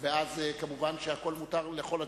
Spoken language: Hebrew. ואז, כמובן, הכול מותר לכל הצדדים.